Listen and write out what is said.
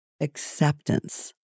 acceptance